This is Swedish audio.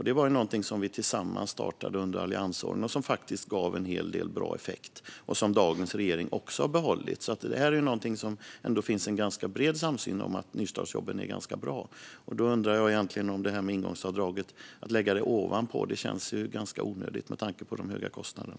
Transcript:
Det var någonting som vi tillsammans startade under alliansåren och som faktiskt gav en del bra effekter och som dagens regering också har behållit. Det finns alltså en ganska bred samsyn om att nystartsjobben är ganska bra. Då undrar jag lite grann över ingångsavdraget. Att lägga det ovanpå känns ganska onödigt med tanke på de höga kostnaderna.